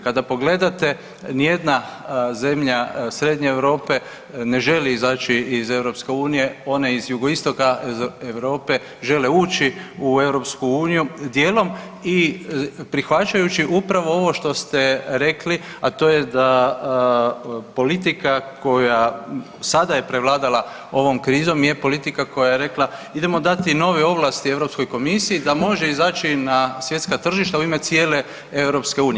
Kada pogledate nijedna zemlja Srednje Europe ne želi izaći iz EU, one iz jugoistoka Europe žele ući u EU dijelom i prihvaćajući upravo ovo što ste rekli, a to je da politika koja sada je prevladala ovom krizom je politika koja je rekla idemo dati nove ovlasti Europskoj komisiji da može izaći na svjetska tržišta u ime cijele EU.